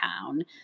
town